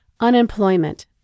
Unemployment